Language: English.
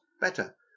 better